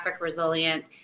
resilient